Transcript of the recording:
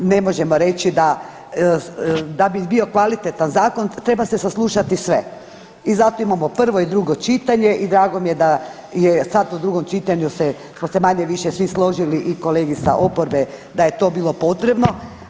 Ne možemo reći da da bi bio kvalitetan zakon treba se saslušati sve i zato imamo prvo i drugo čitanje i drago mi je da se sad u drugom čitanju smo se manje-više svi složili i kolege sa oporbe da je to bilo potrebno.